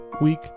week